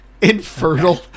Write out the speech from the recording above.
infertile